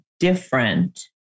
different